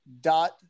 dot